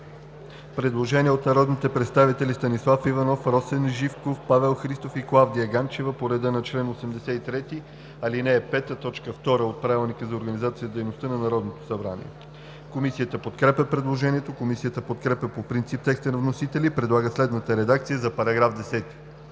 предложение от народните представители Станислав Иванов, Росен Живков, Павел Христов и Клавдия Ганчева по реда на чл. 83, ал. 5, т. 2 от Правилника за организацията и дейността на Народното събрание. Комисията подкрепя предложението. Комисията подкрепя по принцип текста на вносителя и предлага следната редакция за §10: „§ 10.